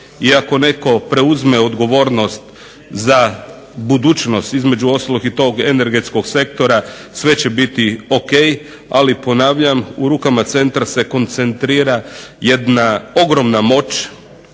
ako netko preuzme odgovornost za budućnost između ostalog i tog energetskog sektora sve će biti o.k. Ali ponavljam, u rukama centra se koncentrira jedna ogromna moć